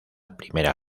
primera